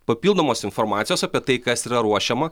papildomos informacijos apie tai kas yra ruošiama